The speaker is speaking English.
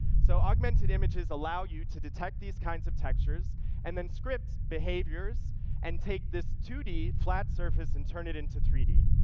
so augmented images allow you to detect these kinds of textures and then scripts, behaviors and then take this two d flat surface and turn it into three d,